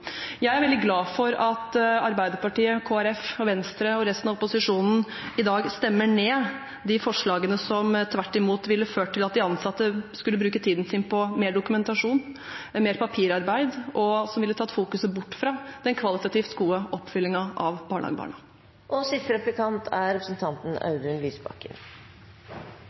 Jeg er veldig glad for at Arbeiderpartiet, Kristelig Folkeparti, Venstre og resten av opposisjonen i dag stemmer ned de forslagene som tvert imot ville ført til at de ansatte skulle bruke tiden sin på mer dokumentasjon, mer papirarbeid, som ville tatt fokuset bort fra den kvalitativt gode oppfølgingen av barnehagebarna. Det er en glede å få stå sammen med representanten